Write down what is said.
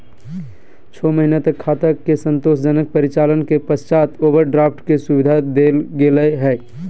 छो महीना तक खाता के संतोषजनक परिचालन के पश्चात ओवरड्राफ्ट के सुविधा देल गेलय हइ